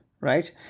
right